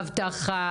אבטחה.